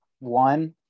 One